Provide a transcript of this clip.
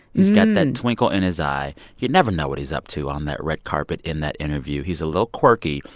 he's got a twinkle in his eye. you never know what he's up to on that red carpet in that interview. he's a little quirky.